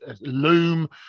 Loom